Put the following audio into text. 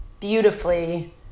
beautifully